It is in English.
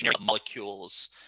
molecules